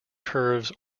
curves